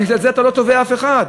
בגלל זה אתה לא תובע אף אחד.